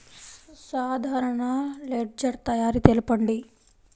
సాధారణ లెడ్జెర్ తయారి తెలుపండి?